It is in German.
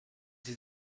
sie